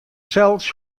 sels